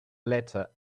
letter